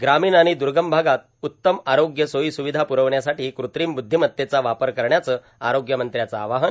ग्रामीण आणि दुर्गम भागात उत्तम आरोग्य सोईस्रविधा प्रविण्यासाठी कृत्रिम बुद्धमत्तेचा वापर करण्याचं आरोग्यमंत्र्यांचं आवाहन